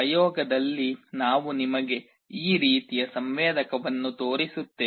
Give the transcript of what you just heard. ಪ್ರಯೋಗದಲ್ಲಿ ನಾವು ನಿಮಗೆ ಈ ರೀತಿಯ ಸಂವೇದಕವನ್ನು ತೋರಿಸುತ್ತೇವೆ